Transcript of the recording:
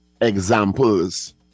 examples